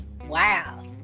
Wow